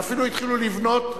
ואפילו התחילו לבנות.